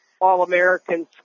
all-Americans